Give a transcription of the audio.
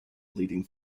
leading